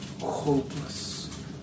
hopeless